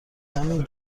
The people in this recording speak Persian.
کمی